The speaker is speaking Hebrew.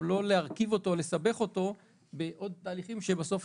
לא להפוך אותו מורכב או מסובך בעוד תהליכים שבסוף